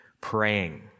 praying